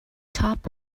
top